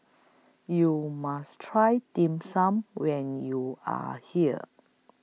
YOU must Try Dim Sum when YOU Are here